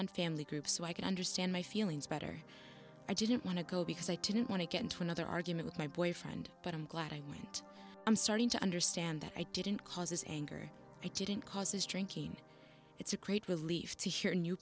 and family group so i can understand my feelings better i didn't want to go because i didn't want to get into another argument with my boyfriend but i'm glad i went i'm starting to understand that i didn't cause his anger didn't cause his drinking it's a great relief to hear a new